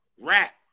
rap